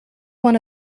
one